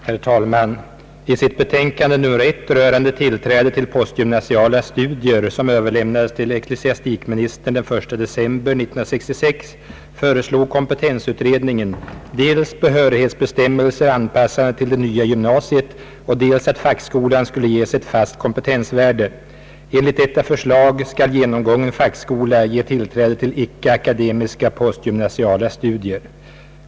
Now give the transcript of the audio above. Herr talman! I sitt betänkande nr 1, rörande tillträde till postgymnasiala studier, som överlämnades till ecklesiastikministern den 1 december 1966, föreslog kompetensutredningen dels behörighetsbestämmelser anpassade till det nya gymnasiet och dels att fackskolan skall ges ett fast kompetensvärde. Enligt detta förslag skall genomgången fackskola ge tillträde till icke akademiska postgymnasiala studier.